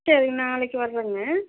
சரிங்க நாளைக்கு வர்றேங்க